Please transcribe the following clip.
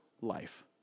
life